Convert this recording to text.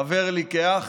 חבר לי כאח,